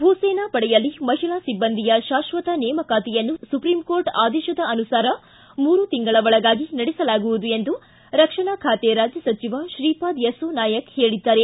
ಭೂಸೇನಾ ಪಡೆಯಲ್ಲಿ ಮಹಿಳಾ ಸಿಬ್ಬಂದಿಯ ಶಾಶ್ವತ ನೇಮಕಾತಿಯನ್ನು ಸುಪ್ರೀಂಕೋರ್ಟ್ ಆದೇಶದ ಅನುಸಾರ ಮೂರು ತಿಂಗಳ ಒಳಗಾಗಿ ನಡೆಸಲಾಗುವುದು ಎಂದು ರಕ್ಷಣಾ ಖಾತೆ ರಾಜ್ಯ ಸಚಿವ ಶ್ರೀಪಾದ ಯಸ್ಸೋ ನಾಯಕ ಹೇಳಿದ್ದಾರೆ